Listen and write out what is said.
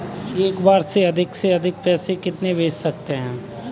एक बार में अधिक से अधिक कितने पैसे भेज सकते हैं?